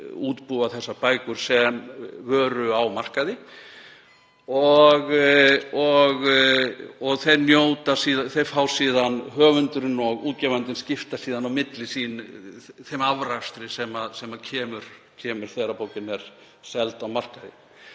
útbúa þær sem vöru á markaði og höfundurinn og útgefandinn skipta síðan á milli sín þeim afrakstri sem kemur þegar bókin er seld á markaði